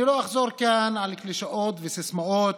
לא אחזור כאן על קלישאות וסיסמאות.